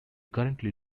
currently